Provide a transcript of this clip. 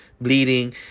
bleeding